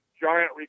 giant